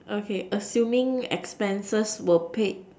okay assuming expenses were paid